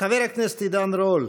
חבר הכנסת עידן רול,